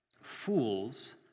Fools